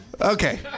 Okay